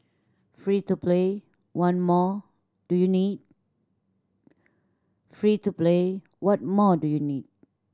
free to play one more do you need free to play what more do you need